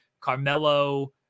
Carmelo